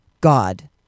God